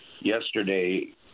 yesterday